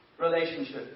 relationship